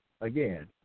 Again